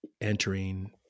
entering